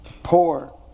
Poor